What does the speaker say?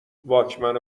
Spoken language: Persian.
واکمن